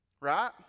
Right